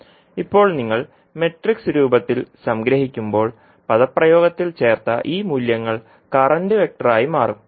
ഇപ്പോൾ നിങ്ങൾ മാട്രിക്സ് രൂപത്തിൽ സംഗ്രഹിക്കുമ്പോൾ പദപ്രയോഗത്തിൽ ചേർത്ത ഈ മൂല്യങ്ങൾ കറന്റ് വെക്റ്ററായി മാറും